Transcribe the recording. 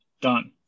Done